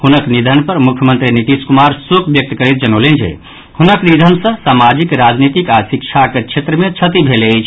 हुनक निधन पर मुख्यमंत्री नीतीश कुमार शोक व्यक्त करैत जनौलनि जे हुनक निधन सँ समाजिक राजनीतिक आ शिक्षाक क्षेत्र मे क्षति भेल अछि